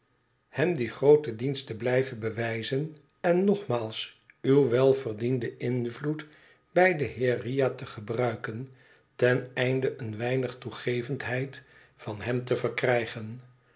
hem dien grooten dienst te blijven bewijzen en nogmaals uw welverdienden invloed bij den heer riah te gebruiken ten einde een weinig toegevendheid van hem te verkrijgen